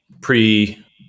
pre